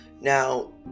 Now